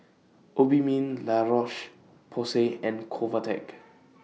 Obimin La Roche Porsay and Convatec